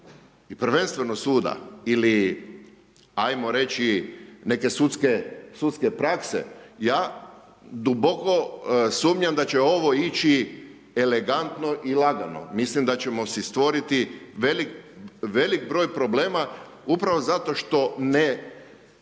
i prvenstveno suda ili, ajmo reći neke sudske prakse. Ja duboko sumnjam da će ovo ići elegantno i lagano. Mislim da ćemo si stvoriti velik broj problema upravo zato što ne